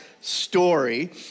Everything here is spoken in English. story